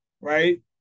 right